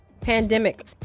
pandemic